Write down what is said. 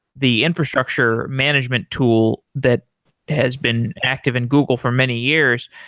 the infrastructure management tool that has been active in google for many years,